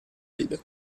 ride